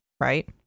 right